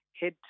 head